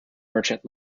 merchant